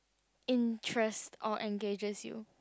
interest or engages you